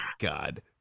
God